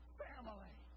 family